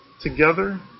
together